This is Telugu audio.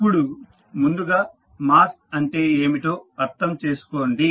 ఇప్పుడు ముందుగా మాస్ అంటే ఏమిటో అర్థం చేసుకోండి